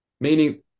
meaning